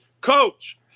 Coach